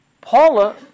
Paula